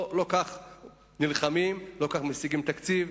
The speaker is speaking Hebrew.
לא כך נלחמים, לא כך משיגים תקציב.